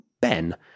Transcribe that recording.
Ben